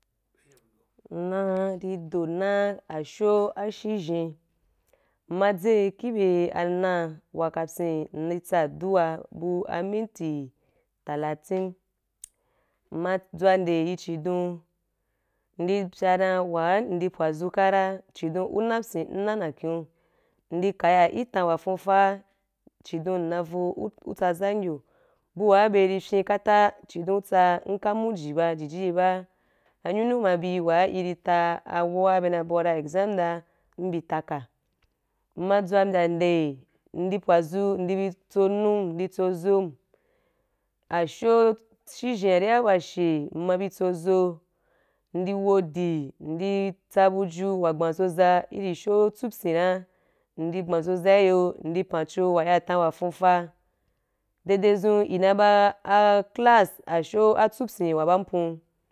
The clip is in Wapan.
- Mma ri do naa ashow azhen zhen mma i tzai ki be anaa wa kapyin ndi tsa aduaa bu a mimti talatin mma dzunde yi chidon ndi pyaa dan wa ndi pwadzu kara chidon una pyin am ndi na nyakenu’a ndi kaya i tan wa fuufaa chidon nna ai i vou u, u tsazan yo bu wa be rí fyen kata chidon u tsa nka muji ba jiji ye ba anyunu ma bi wa i ri ta abu wa be na bau dam exa. Da mbi taka mma dzua mbya nde ndi pwadzu ndi bi tso anum ndi tso zom ashow zhenzhen wa ri wa ba ashe mma bí tso zoo ndi wodi ndi tsa buju wa gbaa zoza í ri asho tsupyií na ndí gba zoza i yo ndi paa cho wa ya i tan wa fuufa dede zun i na ba ah ah cass asho atsupyii wa ba ampuu.